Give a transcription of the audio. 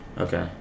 Okay